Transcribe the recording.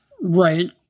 Right